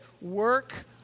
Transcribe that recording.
work